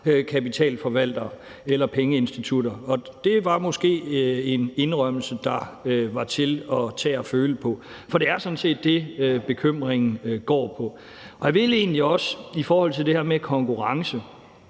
kapitalforvaltere eller pengeinstitutter. Det var måske en indrømmelse, der var til at tage og føle på. For det er sådan set det, bekymringen går på. Jeg vil egentlig også i forhold til det her med konkurrence